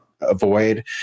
avoid